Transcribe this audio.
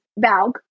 Valg